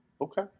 Okay